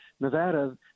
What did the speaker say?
Nevada